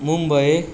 Mumbai